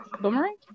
Boomerang